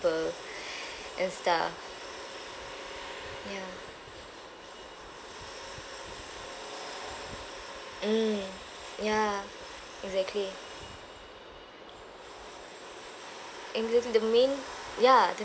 and stuff ya mm ya exactly and the main ya the